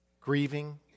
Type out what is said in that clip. Grieving